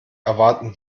erwarten